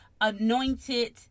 anointed